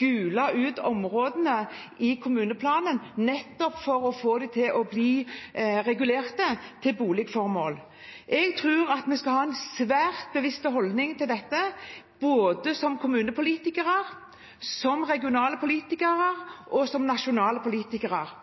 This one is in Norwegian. gule ut områdene i kommuneplanen nettopp for å få det regulert til boligformål. Jeg tror vi skal ha en svært bevisst holdning til dette både som kommunepolitikere, som regionale politikere